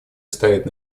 ставить